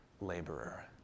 laborer